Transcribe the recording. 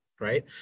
right